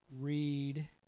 read